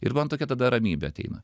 ir man tokia ta ramybė ateina